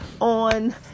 on